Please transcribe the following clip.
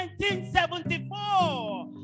1974